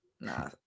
Nah